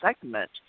segment